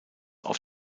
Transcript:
auf